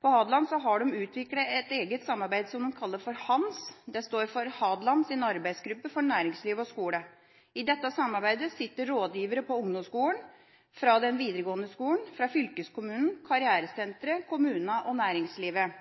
På Hadeland har de utviklet et eget samarbeid som de kaller for HANS. Det står for Hadeland arbeidsgruppe for næringsliv og skole. I dette samarbeidet sitter rådgiverne fra ungdomsskolene, fra den videregående skolen, og fra fylkeskommunen, karrieresenteret, kommunene og næringslivet.